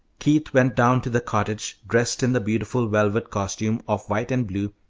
keith went down to the cottage dressed in the beautiful velvet costume of white and blue,